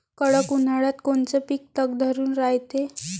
कडक उन्हाळ्यात कोनचं पिकं तग धरून रायते?